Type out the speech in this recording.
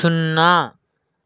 సున్నా